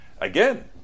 Again